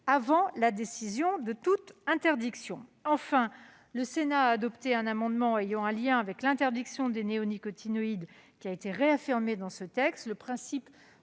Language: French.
avant la décision de toute interdiction. Enfin, le Sénat a adopté un amendement ayant un lien avec l'interdiction des néonicotinoïdes réaffirmée dans ce texte. Le principe